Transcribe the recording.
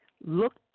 Look